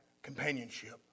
Companionship